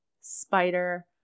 spider